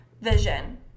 vision